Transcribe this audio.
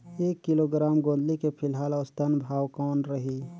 एक किलोग्राम गोंदली के फिलहाल औसतन भाव कौन रही?